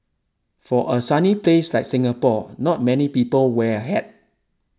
for a sunny place like Singapore not many people wear a hat